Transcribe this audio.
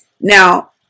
Now